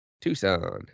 Tucson